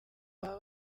baba